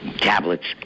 tablets